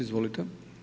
Izvolite.